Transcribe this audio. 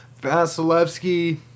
Vasilevsky